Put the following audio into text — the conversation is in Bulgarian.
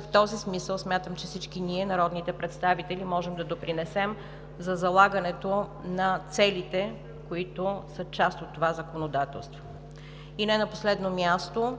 В този смисъл смятам, че всички ние, народните представители, можем да допринесем за залагането на целите, които са част от това законодателство. И не на последно място,